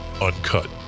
uncut